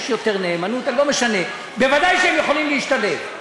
יש יותר נאמנות, לא משנה, ודאי שהם יכולים להשתלב.